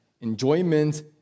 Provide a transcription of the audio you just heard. Enjoyment